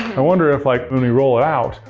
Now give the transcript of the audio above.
i wonder if, like when we roll it out,